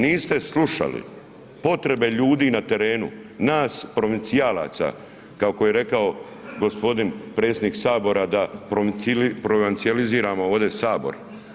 Niste slušali potrebe ljudi na terenu nas provincijalaca kako je rekao gospodin predsjednik Sabora da provincijaliziramo ovdje Sabor.